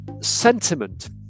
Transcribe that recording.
sentiment